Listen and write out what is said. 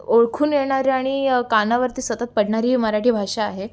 ओळखून येणारी आणि कानावरती सतत पडणारीही मराठी भाषा आहे